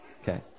Okay